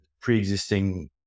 pre-existing